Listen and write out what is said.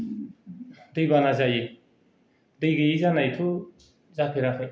दैबाना जायो दै गोयै जानायथ' जाफेराखै